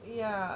ya